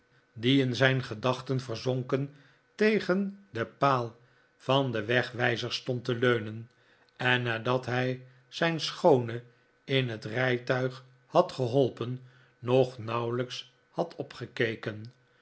die in gedachten verzonken tegen den paal van den wegwijzer stond te leunen en nadat hij zijn schoone in het rijtuig had geholpen nog nauwelijks had opgekeken